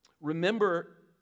Remember